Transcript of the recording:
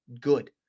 good